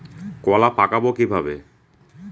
কলা পাকাবো কিভাবে?